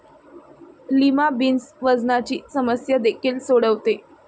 lima beans वजनाची समस्या देखील सोडवते